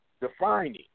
defining